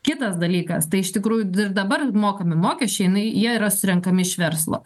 kitas dalykas tai iš tikrųjų d ir dabar mokami mokesčiai jinai jie yra surenkami iš verslo